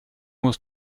muss